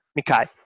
Mikai